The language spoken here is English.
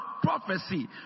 Prophecy